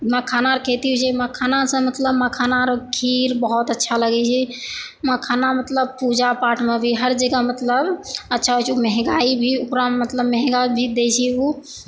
मखाना के खेती होइ छै मखाना सऽ मतलब मखाना आर खीर बहुत अच्छा लगै छै मखाना मतलब पूजा पाठमे भी हर जगह मतलब अच्छा होइ छैऽ मँहगाई भी ओकरा मतलब मंहगा भी दै छै ओ